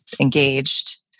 engaged